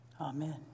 Amen